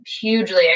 hugely